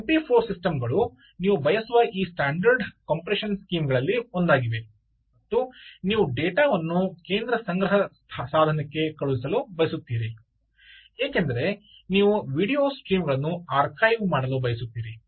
MP 4 ಸಿಸ್ಟಂಗಳು ನೀವು ಬಯಸುವ ಈ ಸ್ಟ್ಯಾಂಡರ್ಡ್ ಕಂಪ್ರೆಷನ್ ಸ್ಕೀಮ್ಗಳಲ್ಲಿ ಒಂದಾಗಿದೆ ಮತ್ತು ನೀವು ಡೇಟಾ ವನ್ನು ಕೇಂದ್ರ ಸಂಗ್ರಹ ಸಾಧನಕ್ಕೆ ಕಳುಹಿಸಲು ಬಯಸುತ್ತೀರಿ ಏಕೆಂದರೆ ನೀವು ವೀಡಿಯೊ ಸ್ಟ್ರೀಮ್ ಗಳನ್ನು ಆರ್ಕೈವ್ ಮಾಡಲು ಬಯಸುತ್ತೀರಿ